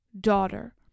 daughter